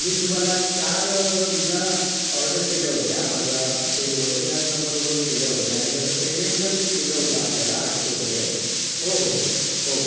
मी तुम्हाला चार pizza order केल्या होत्या माझ्या सेलवरून याच नंबरवरून केल्या होत्या आणि त्याचं पेमेंट पण मी केलं होतं आपल्याला आठशे रुपये हो हो हो